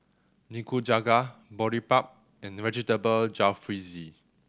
Nikujaga Boribap and Vegetable Jalfrezi